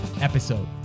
episode